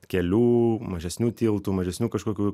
kelių mažesnių tiltų mažesnių kažkokių